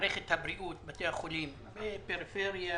כל בתי החולים, ובמיוחד בפריפריה,